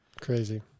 crazy